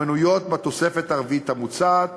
המנויות בתוספת הרביעית המוצעת,